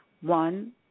one